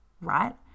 right